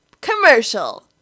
Commercial